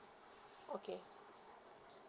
okay